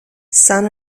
sun